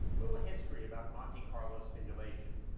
little history about monte carlo simulation,